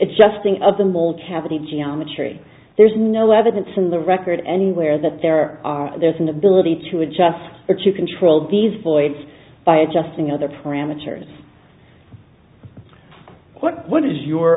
adjusting of the mall cavity geometry there's no evidence in the record anywhere that there are there's an ability to adjust or to control these voids by adjusting other parameters what was your